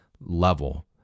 level